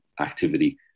activity